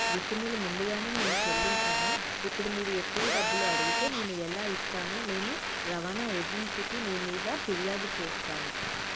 రుసుములు ముందుగానే నేను చెల్లించాను ఇప్పుడు మీరు ఎక్కువ డబ్బులు అడిగితే నేను ఎలా ఇస్తాను నేను రవాణా ఏజెన్సీకి మీ మీద ఫిర్యాదు చేస్తాను